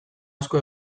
asko